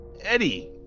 Eddie